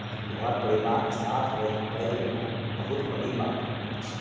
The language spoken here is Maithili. कि घर परिवारके साथ रहिके पढ़ि लेनाइ ई बहुत बड़ी बात हो जाइ छै